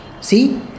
See